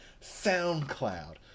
SoundCloud